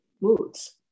moods